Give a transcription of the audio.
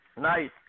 Nice